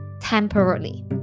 temporarily